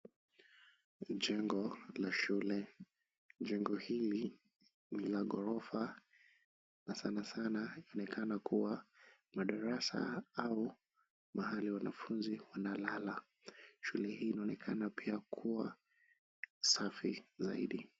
Jengo la shule. Jengo hili ni la ghorofa na sanasana inaonekana kuwa madarasa au mahali wanafunzi wanalala. Shule hii inaonekana pia kuwa safi zaidi.